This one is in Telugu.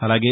అలాగే